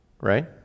Right